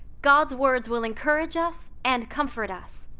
god's words will encourage us and comfort us,